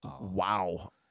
wow